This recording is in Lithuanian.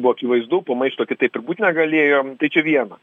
buvo akivaizdu po maišto kitaip ir būt negalėjo tai čia viena